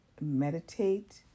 meditate